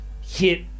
Hit